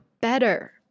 better